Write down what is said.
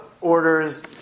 orders